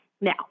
Now